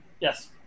yes